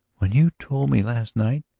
when you told me last night.